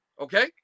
Okay